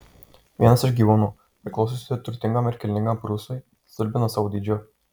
vienas iš gyvūnų priklausiusių turtingam ir kilmingam prūsui stulbina savo dydžiu